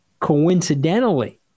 coincidentally